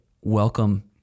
welcome